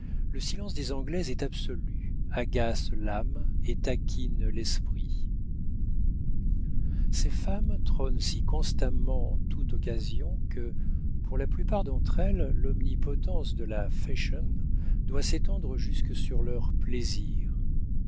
le silence des anglaises est absolu agace l'âme et taquine l'esprit ces femmes trônent si constamment en toute occasion que pour la plupart d'entre elles l'omnipotence de la fashion doit s'étendre jusque sur leurs plaisirs